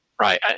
Right